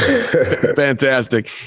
Fantastic